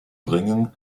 bringen